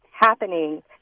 happening